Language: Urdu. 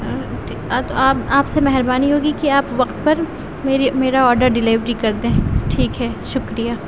آپ آپ آپ سے مہربانی ہوگی کہ آپ وقت پر میری میرا آڈر ڈیلیوری کر دیں ٹھیک ہے شکریہ